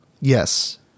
Yes